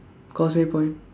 causeway point